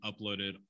uploaded